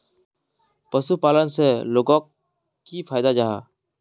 पशुपालन से लोगोक की फायदा जाहा?